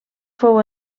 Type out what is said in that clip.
fou